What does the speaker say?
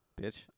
Bitch